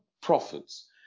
prophets